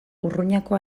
urruñako